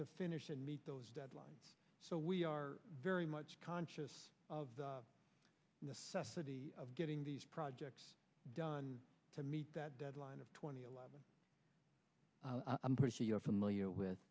to finish and meet those deadlines so we are very much conscious of the necessity of getting these projects done to meet that deadline of two thousand and eleven i'm pretty sure you're familiar with